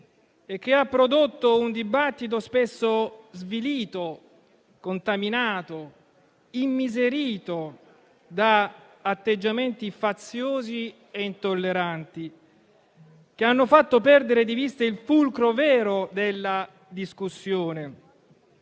e che ha prodotto un dibattito spesso svilito, contaminato, immiserito da atteggiamenti faziosi e intolleranti, che hanno fatto perdere di vista il fulcro vero della discussione,